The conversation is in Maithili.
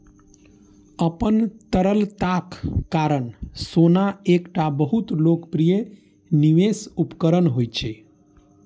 अपन तरलताक कारण सोना एकटा बहुत लोकप्रिय निवेश उपकरण होइ छै